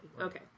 Okay